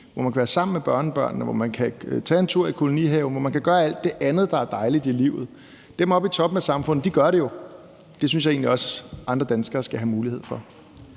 hvor man kan være sammen med børnebørnene, hvor man kan tage en tur i kolonihaven, og hvor man kan gøre alt det andet, der er dejligt i livet. Dem oppe i toppen af samfundet gør det jo, og det synes jeg egentlig også andre danskere skal have mulighed for.